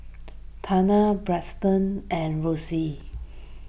Tania Braxton and Rosie